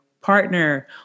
partner